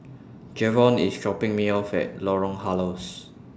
Jevon IS dropping Me off At Lorong Halus